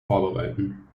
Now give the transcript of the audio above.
vorbereiten